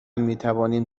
میتوانیم